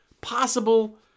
possible